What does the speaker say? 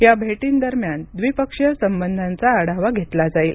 या भेटींदरम्यान द्विपक्षीय संबंधांचा आढावा घेतला जाईल